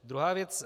Druhá věc.